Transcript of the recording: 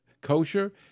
kosher